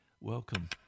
Welcome